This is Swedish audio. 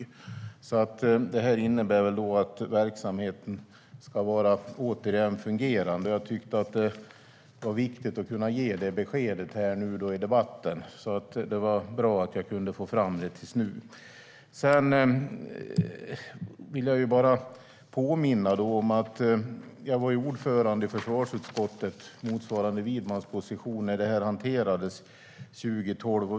Det här innebär väl då att verksamheten åter ska vara fungerande. Jag tyckte att det var viktigt att kunna ge det beskedet i debatten, så det var bra att jag kunde få fram det före debatten. Sedan vill jag påminna om att jag var ordförande i försvarsutskottet, vilket är Widmans nuvarande position, när det här hanterades 2012.